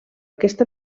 aquesta